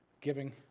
giving